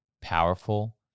powerful